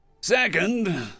Second